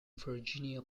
virginia